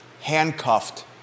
handcuffed